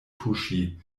tuŝi